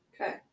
Okay